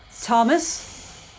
Thomas